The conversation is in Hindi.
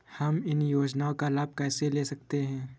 हम इन योजनाओं का लाभ कैसे ले सकते हैं?